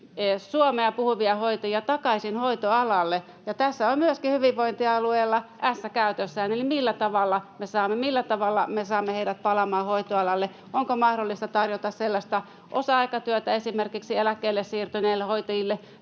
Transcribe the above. suomea puhuvia hoitajia, takaisin hoitoalalle, ja tässä on myöskin hyvinvointialueilla ässä käytössään. Eli millä tavalla me saamme heidät palaamaan hoitoalalle? Onko mahdollista tarjota osa-aikatyötä esimerkiksi eläkkeelle siirtyneille hoitajille,